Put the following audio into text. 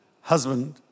husband